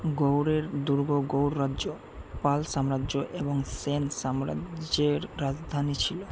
গৌড়ের দুর্গ গৌড় রাজ্য পাল সাম্রাজ্য এবং সেন সাম্রাজ্যের রাজধানী ছিলো